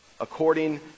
according